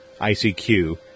ICQ